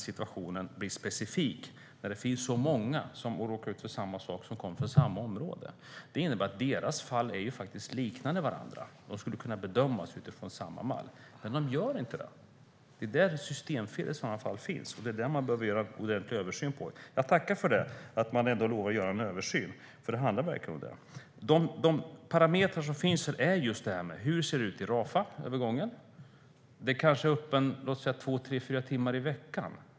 Situationen blir specifik när det finns så många som kommer från samma område som råkar ut för samma sak. Deras fall liknar faktiskt varandra. De skulle kunna bedömas utifrån samma mall, men det görs inte. Det är där ett systemfel i sådana fall finns. Det är det man behöver göra en ordentlig översyn av. Jag tackar för att man ändå lovar att göra en översyn, för det handlar verkligen om det. De parametrar som finns handlar just om det här. Hur ser det ut i Rafahövergången? Den kanske är öppen två, tre, fyra timmar i veckan.